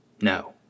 No